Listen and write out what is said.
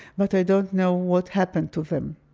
but i don't know what happened to them.